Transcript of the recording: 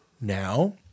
now